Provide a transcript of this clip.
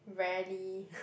rarely